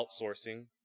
outsourcing